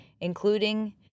including